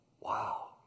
Wow